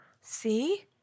See